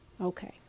Okay